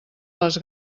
les